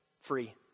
free